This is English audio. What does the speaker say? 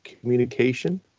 communication